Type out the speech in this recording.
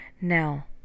Now